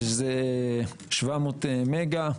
שזה 700 מגה.